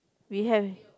we have